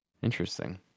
Interesting